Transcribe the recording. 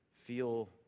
feel